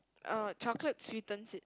err chocolate sweetens it